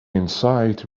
insight